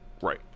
right